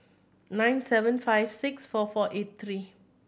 nine seven five six four four eight three